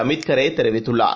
அமித் கரே தெரிவித்துள்ளார்